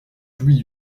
jouit